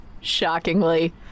shockingly